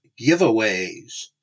giveaways